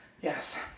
Yes